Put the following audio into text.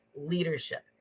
leadership